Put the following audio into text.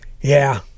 Yeah